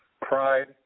pride